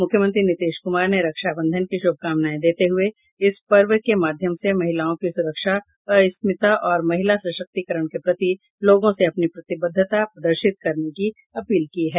मुख्यमंत्री नीतीश कुमार ने रक्षाबंधन की शुभकामनाएं देते हुए इस पर्व के माध्यम से महिलाओं की सुरक्षा अस्मिता और महिला सशक्तिकरण के प्रति लोगों से अपनी प्रतिबद्धता प्रदर्शित करने की अपील की है